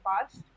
past